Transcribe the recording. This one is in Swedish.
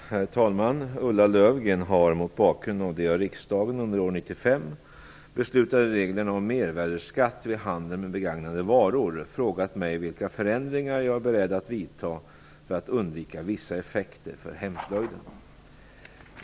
Herr talman! Ulla Löfgren har, mot bakgrund av de av riksdagen under år 1995 beslutade reglerna om mervärdesskatt vid handel med begagnade varor, frågat mig vilka förändringar jag är beredd att vidta för att undvika vissa effekter för hemslöjden.